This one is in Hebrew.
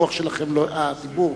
זאת